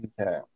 Okay